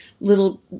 little